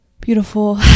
beautiful